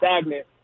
stagnant